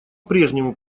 прежнему